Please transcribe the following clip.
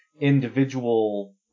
individual